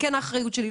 כן אחריות שלי,